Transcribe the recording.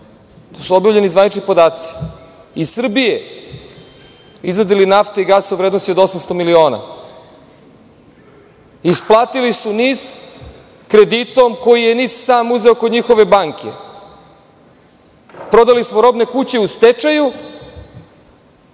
to su objavljeni zvanični podaci, iz Srbije izvadili nafte i gasa u vrednosti od 800 miliona. Isplatili su NIS kreditom koji je NIS sam uzeo kod njihove banke. Prodali smo „Robne kuće“ u stečaju